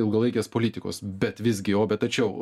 ilgalaikės politikos bet visgi o bet tačiau